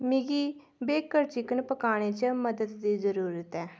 मिगी baked chicken पकाने च मदद दी जरूरत ऐ